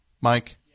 Mike